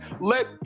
let